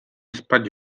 spać